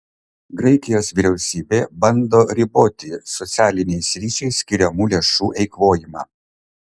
graikijos vyriausybė bando riboti socialiniai sričiai skiriamų lėšų eikvojimą